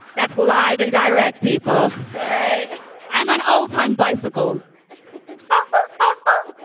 that's live and direct people. hey, i'm an old time bicycle but